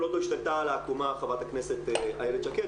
אילת שקד